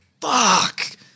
fuck